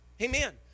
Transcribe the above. Amen